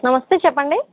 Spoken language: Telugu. నమస్తే చెప్పండి